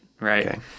right